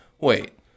wait